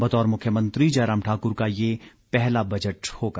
बतौर मुख्यमंत्री जयराम ठाकुर का ये पहला बजट होगा